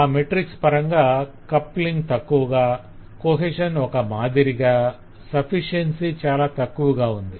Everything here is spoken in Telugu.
ఆ మెట్రిక్స్ పరంగా కప్లింగ్ తక్కువగా కొహెషన్ ఒక మాదిరిగా సఫిషియన్షి చాల తక్కువగా ఉంది